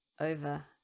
over